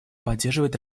поддерживать